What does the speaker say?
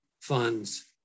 funds